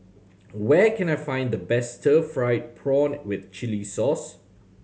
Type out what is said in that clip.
where can I find the best stir fried prawn with chili sauce